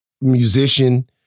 musician